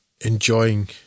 enjoying